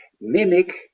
mimic